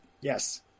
Yes